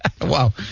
Wow